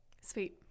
Sweet